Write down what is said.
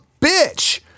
bitch